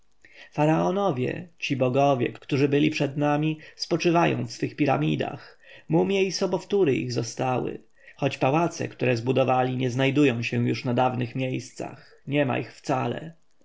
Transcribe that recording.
faraonowie ci bogowie którzy byli przed nami spoczywają w swych piramidach mumje i sobowtóry ich zostały choć pałace które zbudowali nie znajdują się już na dawnych miejscach niema ich wcale